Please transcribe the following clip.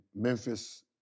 Memphis